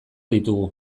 ditugu